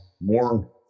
more